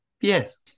Yes